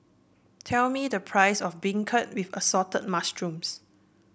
tell me the price of beancurd with Assorted Mushrooms